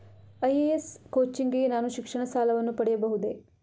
IAS coaching ಗೆ ನಾನು ಶಿಕ್ಷಣ ಸಾಲವನ್ನು ಪಡೆಯಬಹುದೇ?